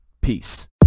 peace